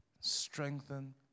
strengthen